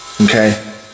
Okay